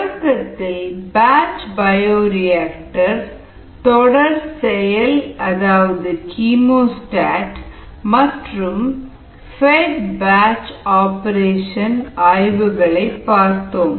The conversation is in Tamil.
தொடக்கத்தில் பேட்ச் பயோரியாக்டர் தொடர் செயல் கீமோஸ்டாட் மற்றும் ஃபெட் பேட்ச் ஆபரேஷன் ஆய்வுகளை பார்த்தோம்